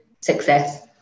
success